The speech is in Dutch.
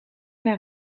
naar